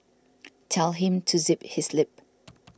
tell him to zip his lip